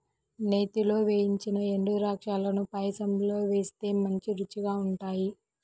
నేతిలో వేయించిన ఎండుద్రాక్షాలను పాయసంలో వేస్తే మంచి రుచిగా ఉంటాయి